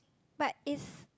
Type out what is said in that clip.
but it's